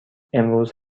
امروز